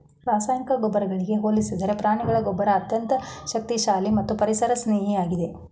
ರಾಸಾಯನಿಕ ಗೊಬ್ಬರಗಳಿಗೆ ಹೋಲಿಸಿದರೆ ಪ್ರಾಣಿಗಳ ಗೊಬ್ಬರ ಅತ್ಯಂತ ಶಕ್ತಿಶಾಲಿ ಮತ್ತು ಪರಿಸರ ಸ್ನೇಹಿಯಾಗಿದೆ